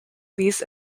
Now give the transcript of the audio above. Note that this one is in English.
these